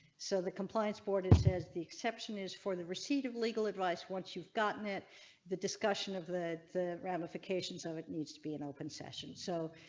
so the compliance board it says the exception is for the receipt of legal advice once you've gotten it the discussion of the the ramifications of it needs to be in open session. so.